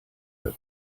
her